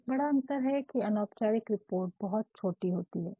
एक बड़ा अंतर ये है कि अनौपचारिक रिपोर्ट बहुत छोटी होती है